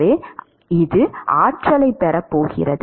எனவே இது ஆற்றலைப் பெறப் போகிறது